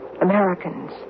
Americans